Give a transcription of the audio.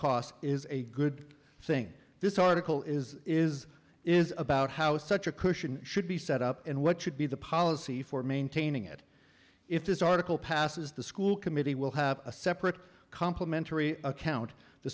cost is a good thing this article is is is about how such a cushion should be set up and what should be the policy for maintaining it if this article passes the school committee will have a separate complimentary account the